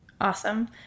Awesome